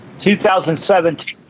2017